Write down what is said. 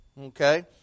Okay